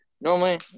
Normally